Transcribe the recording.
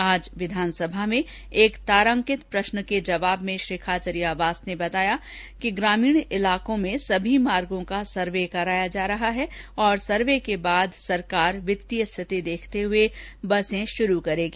आज विधानसभा मे एक तारांकित प्रश्न के जवाब में श्री खाचरियावास ने बताया कि ग्रामीण क्षेत्रों में सभी मार्गों का सर्वे कराया जा रहा है और सर्वे के बाद सरकार वित्तीय स्थिति देखते हुए बसें शुरू करेगी